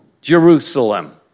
Jerusalem